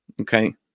Okay